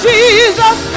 Jesus